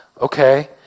Okay